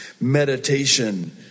Meditation